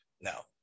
Now